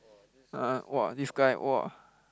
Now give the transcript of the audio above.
ah !wah! this guy 1wah!